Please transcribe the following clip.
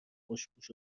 خوشپوش